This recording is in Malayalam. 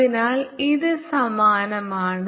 അതിനാൽ ഇത് സമാനമാണ്